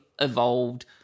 evolved